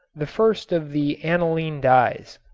the first of the aniline dyes.